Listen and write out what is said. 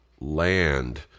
land